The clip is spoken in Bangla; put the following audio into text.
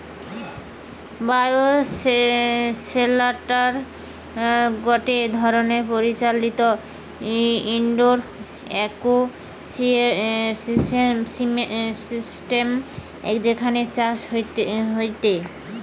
বায়োশেল্টার গটে ধরণের পরিচালিত ইন্ডোর ইকোসিস্টেম যেখানে চাষ হয়টে